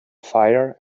fire